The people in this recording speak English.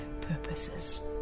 purposes